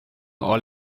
all